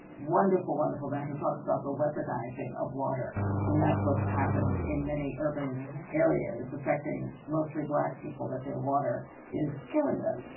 wonderful, wonderful man and who talks about the weaponizing of water and that's what happened in many urban areas affecting mostly black people that their water is killing them.